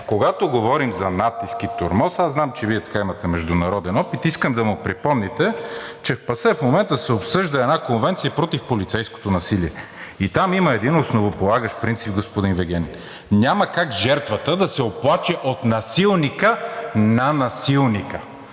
когато говорим за натиск и тормоз, аз знам, че Вие имате международен опит, искам да му припомните, че в ПАСЕ в момента се обсъжда една конвенция против полицейското насилие и там има един основополагащ принцип, господин Вигенин, няма как жертвата да се оплаче от насилника на насилника.